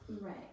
Right